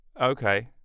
okay